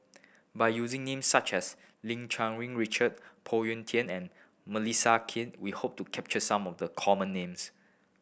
by using names such as Lim Cherng Yih Richard Phoon Yew Tien and Melissa Kwee we hope to capture some of the common names